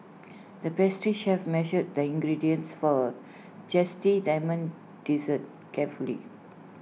the pastry chef measured the ingredients for A Zesty Lemon Dessert carefully